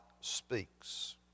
speaks